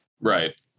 Right